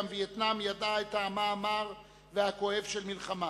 גם וייטנאם ידעה את טעמה המר והכואב של מלחמה.